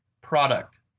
product